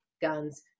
guns